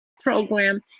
program